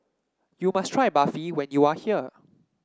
you must try Barfi when you are here